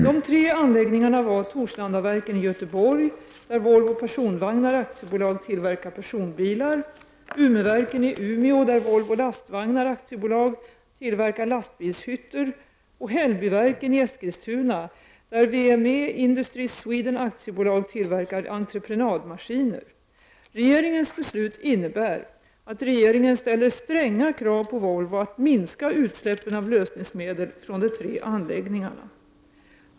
De tre anläggningarna var Torslandaverken i Göteborg där Volvo Personvagnar AB tillverkar personbilar, Umeverken i Umeå där Volvo Lastvagnar AB tillverkar lastbilshytter och Hällbyverken i Eskilstuna där VME Industries Sweden Aktiebolag tillverkar entreprenadmaskiner. Regeringens beslut innebär att regeringen ställer stränga krav på Volvo att minska utsläppen av lösningsmedel från de tre anläggningarna.